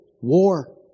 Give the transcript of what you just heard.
war